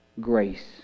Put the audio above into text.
grace